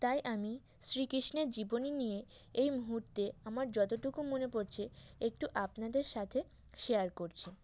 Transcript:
তাই আমি শ্রীকৃষ্ণের জীবনী নিয়ে এই মুহূর্তে আমার যতটুকু মনে পড়ছে একটু আপনাদের সাথে শেয়ার করছি